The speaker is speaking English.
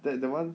that that one